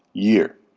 year.